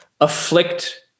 afflict